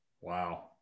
Wow